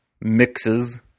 mixes